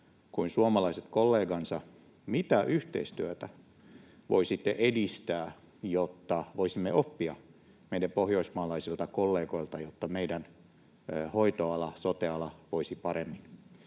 kuin suomalaiset kollegansa, mitä yhteistyötä voi sitten edistää, jotta voisimme oppia meidän pohjoismaalaisilta kollegoiltamme, jotta meidän hoitoala, sote-ala, voisi paremmin.